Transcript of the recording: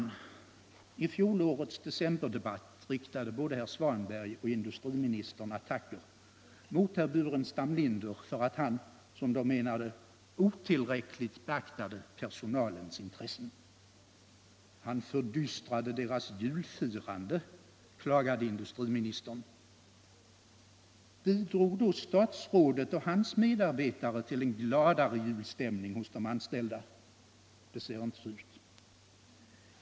1 fjolårets decemberdebatt riktade både herr Svanberg och industriministern attacker mot herr Burenstam Linder, för att han, som de menade, otillräckligt beaktade personalens intressen. Han fördystrade deras julfirande, klagade industriministern. Bidrog då statsrådet och hans medarbetare till en gladare julstämning hos de anställda? Det ser inte så ut.